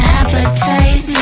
appetite